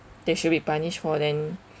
they should be punished for then